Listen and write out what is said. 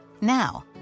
Now